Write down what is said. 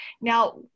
Now